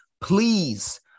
please